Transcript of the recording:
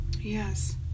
Yes